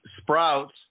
sprouts